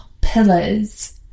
pillars